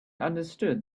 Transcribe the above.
understood